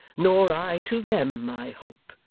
nor i to them, i hope.